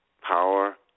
Power